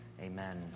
amen